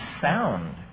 sound